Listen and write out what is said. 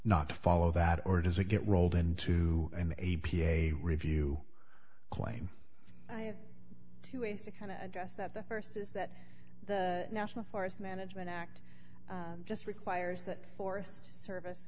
not to follow that or does it get rolled into an a p a review claim i have two ways to kind of address that the st is that the national forest management act just requires that forest service